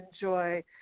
enjoy